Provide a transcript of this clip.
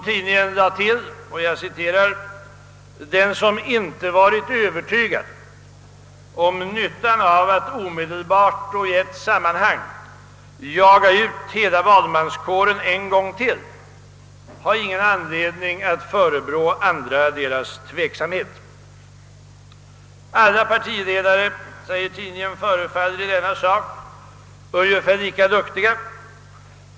Tidningen tillade: »Den som inte varit övertygad om nyttan av att omedelbart och i ett sammanhang jaga ut hela valmanskåren en gång till har ingen anledning att förebrå andra deras tveksamhet. Alla partiledare förefaller i denna sak ungefär lika duktiga.